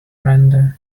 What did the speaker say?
brenda